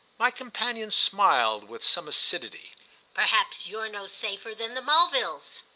my companion smiled with some acidity perhaps you're no safer than the mulvilles!